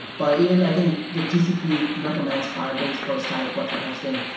but even i think gcp recommends firebase for static website hosting.